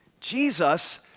Jesus